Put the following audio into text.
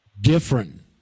different